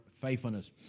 faithfulness